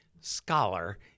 scholar